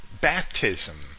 baptism